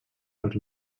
pels